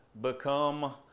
become